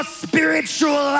spiritual